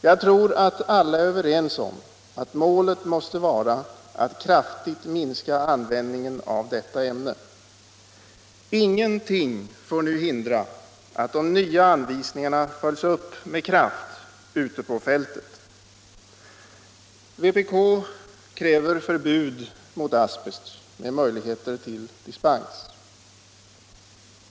Jag tror att alla är överens om att målet måste vara att kraftigt minska användningen av detta ämne. Ingenting får nu hindra att de nya anvisningarna följs upp med kraft ute på fältet. Vpk kräver förbud mot asbest med möjligheter till dispens.